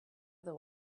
other